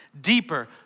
Deeper